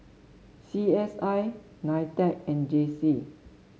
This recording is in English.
C S I Nitec and J C